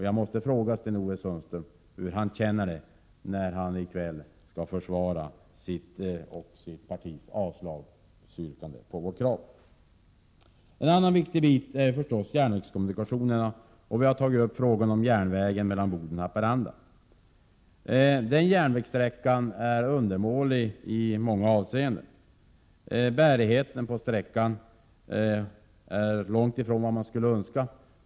Jag måste fråga Sten-Ove Sundström hur han känner det när han i kväll skall försvara sitt och sitt partis avslagsyrkande på vårt krav. En annan viktig bit är förstås järnvägskommunikationerna, och vi har tagit upp frågan om järnvägen mellan Boden och Haparanda. Den bandelen är undermålig i många avseenden. Bärigheten på sträckan är långt ifrån vad man skulle önska.